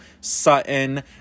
Sutton